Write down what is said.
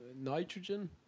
nitrogen